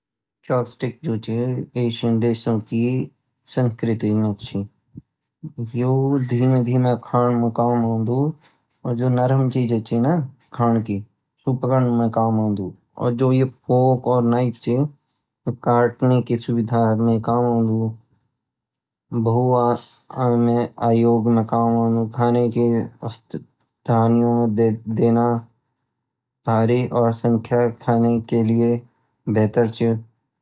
चॉपस्टिक जो ची एशियाई दिशा की संस्कृति मा ची यु धीमे धीमे खानु मा काम औन्दु और जो नरम चीज़े ची ना खानु की सु पकड़ने माँ काम औन्दु और जुए फोर्क और नाइफ ची यु काटने मई काम औन्दु भुयोग मई काम औन्दु खाने के टारे और संख्या खाने कई लिए भीतर च